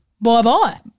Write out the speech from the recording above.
Bye-bye